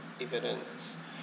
evidence